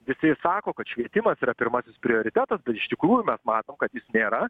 visi sako kad švietimas yra pirmasis prioritetas bet iš tikrųjų mes matom kad jis nėra